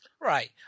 Right